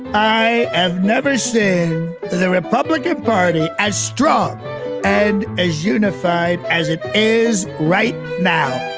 i have never seen the republican party as strong and as unified as it is right now